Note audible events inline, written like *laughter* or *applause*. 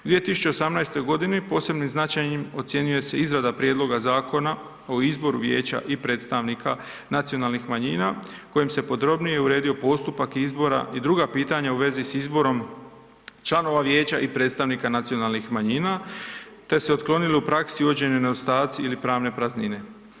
U 2018. g. posebno značajnim ocjenjuje se izrada prijedloga zakona o izboru Vijeća i predstavnika nacionalnih manjina kojim se podrobnije uredio postupak izbora i druga pitanja u vezi s izborom članova Vijeća i predstavnika nacionalnih manjina te se otklonili u praksi ... *unintelligible* nedostaci ili pravne praznine.